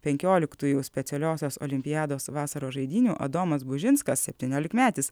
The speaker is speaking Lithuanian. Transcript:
penkioliktųjų specialiosios olimpiados vasaros žaidynių adomas bužinskas septyniolikmetis